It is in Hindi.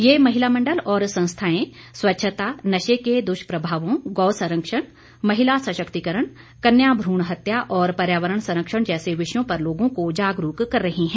ये महिला मंडल और संस्थाएं स्वच्छता नशे के दुष्प्रभावों गौ सरंक्षण महिला सशक्तिकरण कन्या भ्रण हत्या और पर्यावरण संरक्षण जैसे विषयों पर लोगों को जागरूक कर रही हैं